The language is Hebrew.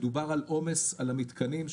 מדובר על עומס על המתקנים,